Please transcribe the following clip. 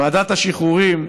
ועדת השחרורים,